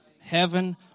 Heaven